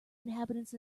inhabitants